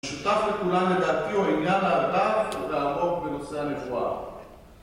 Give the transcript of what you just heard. המשותף לכולם לדעתי הוא העניין הרב והעמוק בנושא הנבואה.